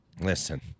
Listen